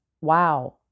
wow